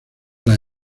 las